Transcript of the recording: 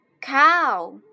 Cow